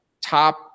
top